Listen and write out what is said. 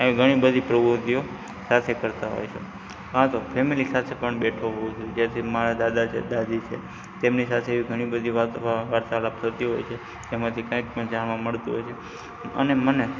આવી ઘણી બધી પ્રવૃત્તિઓ સાથે કરતા હોય છે કાં તો ફેમિલિ સાથે પણ બેઠો હોઉં છું જેથી મારા દાદા છે દાદી છે તેમની સાથે ઘણી બધી વાતો અથવા વાર્તાલાપ થતી હોય છે તેમાંથી કંઈ પણ જાણવા મળતું હોય છે અને મને